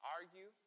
argue